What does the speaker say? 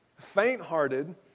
faint-hearted